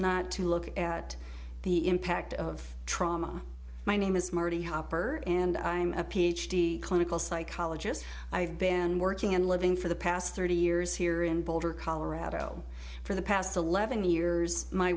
not to look at the impact of trauma my name is marty hopper and i'm a ph d clinical psychologist i have been working and living for the past thirty years here in boulder colorado for the past eleven years my